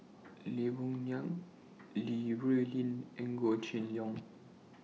Lee Boon Ngan Li Rulin and Goh Kheng Long